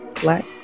black